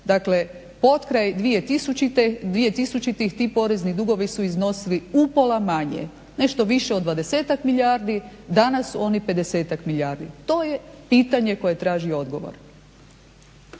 Dakle, potkraj 2000. ti porezni dugovi su iznosili upola manje, nešto više od 20-tak milijardi. Danas su oni 50-tak milijardi. To je pitanje koje traži odgovor.